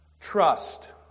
trust